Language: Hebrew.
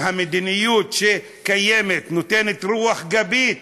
המדיניות שקיימת נותנת רוח גבית